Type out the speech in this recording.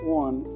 one